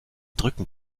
drücken